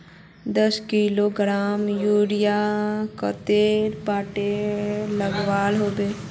दस किलोग्राम यूरियात कतेरी पोटास लागोहो होबे?